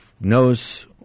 knows